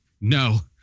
No